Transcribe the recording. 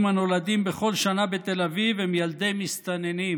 הנולדים בכל שנה בתל אביב הם ילדי מסתננים.